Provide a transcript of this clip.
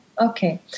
Okay